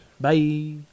Bye